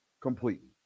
completely